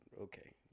Okay